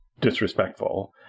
disrespectful